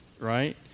right